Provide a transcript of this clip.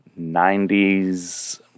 90s